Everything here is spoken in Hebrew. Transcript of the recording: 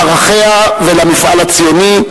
לערכיה ולמפעל הציוני,